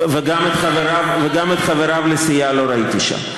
וגם את חבריו לסיעה לא ראיתי שם.